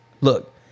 look